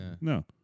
No